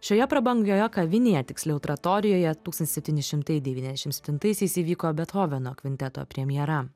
šioje prabangioje kavinėje tiksliau tratorijoje tūkstantis septyni šimtai devynaisdešim septintaisiais įvyko bethoveno kvinteto premjera